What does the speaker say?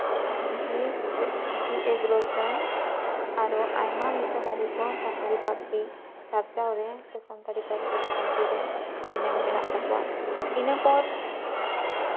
ᱡᱤ ᱡᱤ ᱮ ᱜᱨᱳᱥᱮᱹᱱ ᱟᱨᱚ ᱟᱭᱢᱟ ᱢᱤᱥᱚᱱᱟᱨᱤ ᱠᱚ ᱥᱟᱱᱛᱟᱲᱤ ᱯᱟᱹᱨᱥᱤ ᱪᱟᱨᱪᱟᱣ ᱨᱮ ᱥᱮ ᱥᱟᱱᱛᱟᱲᱤ ᱯᱟᱹᱨᱥᱤ ᱞᱟᱦᱟᱱᱛᱤ ᱨᱮ ᱮᱱᱮᱢ ᱢᱮᱱᱟᱜ ᱛᱟᱠᱚᱣᱟ ᱤᱱᱟᱹᱯᱚᱨ